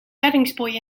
reddingsboei